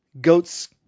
goat's